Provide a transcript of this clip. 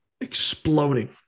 exploding